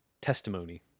testimony